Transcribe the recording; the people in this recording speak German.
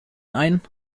ein